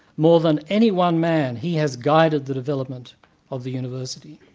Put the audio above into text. more than any one man, he has guided the development of the university'.